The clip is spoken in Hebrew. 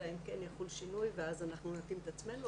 אלא אם כן יחול שינוי ואז אנחנו נתאים את עצמנו,